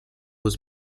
was